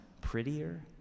prettier